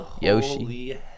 Yoshi